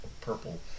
purple